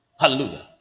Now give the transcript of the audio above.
Hallelujah